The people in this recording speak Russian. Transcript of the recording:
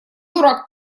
дурак